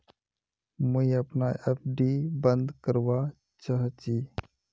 मुई अपना एफ.डी बंद करवा चहची